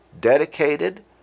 dedicated